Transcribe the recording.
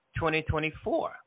2024